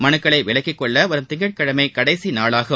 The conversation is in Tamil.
மனுக்களைவிலக்கிக் கொள்ளவரும் திங்கட்கிழமைகடைசிநாளாகும்